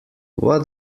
what